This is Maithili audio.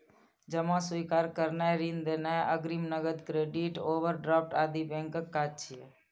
जमा स्वीकार करनाय, ऋण देनाय, अग्रिम, नकद, क्रेडिट, ओवरड्राफ्ट आदि बैंकक काज छियै